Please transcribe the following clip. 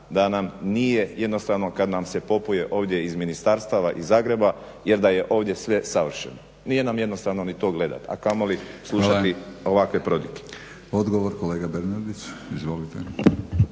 da nam nije jednostavno kad nam se popuje ovdje iz ministarstava, iz Zagreba jer da je ovdje sve savršeno. Nije nam to jednostavno ni to gledat a kamoli slušati ovakve prodike. **Batinić, Milorad